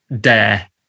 dare